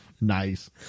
Nice